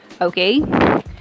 Okay